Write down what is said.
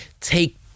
take